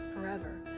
forever